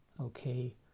Okay